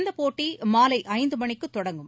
இந்தப்போட்டி மாலை ஐந்து மணிக்கு தொடங்கும்